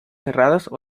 cerradas